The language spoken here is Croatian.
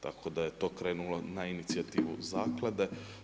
Tako da je to krenulo na inicijativu Zaklade.